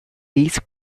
peace